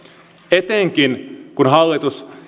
etenkin kun